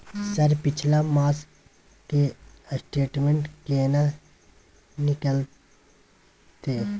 Sir पिछला मास के स्टेटमेंट केना निकलते?